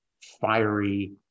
fiery